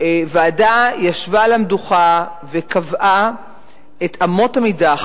הוועדה ישבה על המדוכה וקבעה את אמות המידה,